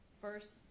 First